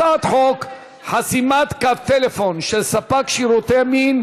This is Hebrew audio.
הצעת חוק חסימת קו טלפון של ספק שירותי מין,